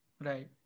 Right